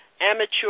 amateur